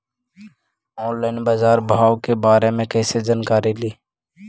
Online बाजार भाव के बारे मे कैसे जानकारी ली?